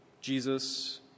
Jesus